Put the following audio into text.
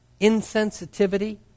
insensitivity